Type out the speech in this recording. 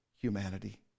humanity